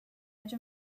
edge